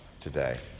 today